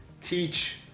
teach